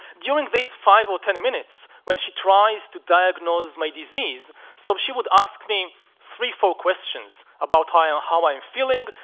during these five or ten minutes when she tries to diagnose my disease so she would ask me three four questions about and how i'm feeling.